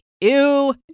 ew